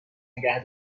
نگه